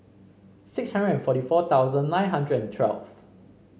six hundred and forty four thousand nine hundred and twelve